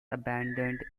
abandoned